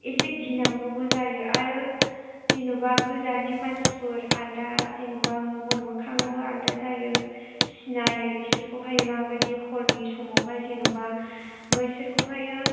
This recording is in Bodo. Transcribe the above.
एसे गिनांगौबो जायो आरो जेनेबा गोजाननि मानसिफोर आलादा जेनेबा महर मोखाङाबो आलादा जायो सिनायो बिसोरखौहाय माबायदि हरनि समावहाय जेनेबा बिसोरखौहायो